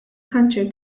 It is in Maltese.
kanċer